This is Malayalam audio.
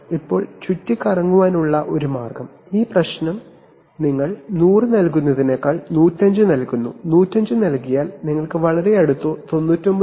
അപ്പോൾ ചുറ്റിക്കറങ്ങാനുള്ള ഒരു മാർഗ്ഗം ഈ പ്രശ്നം നിങ്ങൾ 100 നൽകുന്നതിനേക്കാൾ 105 നൽകുന്നു 105 നൽകിയാൽ നിങ്ങൾക്ക് വളരെ അടുത്തോ 99